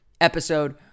episode